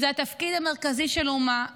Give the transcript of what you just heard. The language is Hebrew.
זה התפקיד המרכזי של אומה.